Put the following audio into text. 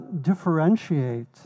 differentiate